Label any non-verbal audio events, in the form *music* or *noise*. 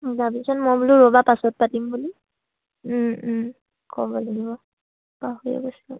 *unintelligible* ৰ'বা পাছত পাতিম বুলি ক'ব লাগিব *unintelligible*